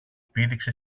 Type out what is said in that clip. πήδηξε